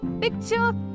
Picture